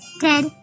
dead